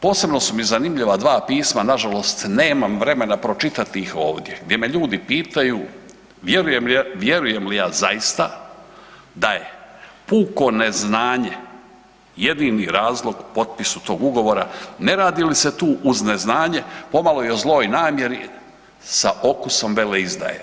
Posebno su mi zanimljiva 2 pisma nažalost nemam vremena pročitati ih ovdje, gdje me ljudi pitaju vjerujem li ja zaista da je puko neznanje jedini razlog potpisu tog ugovora, ne radi li se tu uz neznanje pomalo i o zloj namjeri sa okusom veleizdaje.